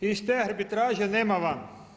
Iz te arbitraže nema van.